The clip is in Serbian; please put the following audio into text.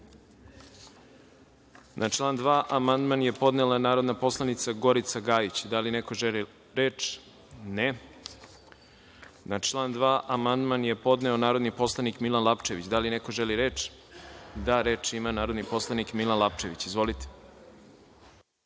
Na član 2. amandman je podnela narodni poslanica Gorica Gajić. Da li neko želi reč? (Ne.)Na član 2. amandman je podneo narodni poslanik Milan Lapčević. Da li neko želi reč? (Da.)Reč ima narodni poslanik Milan Lapčević. Izvolite.